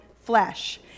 flesh